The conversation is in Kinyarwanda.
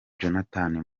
jonathan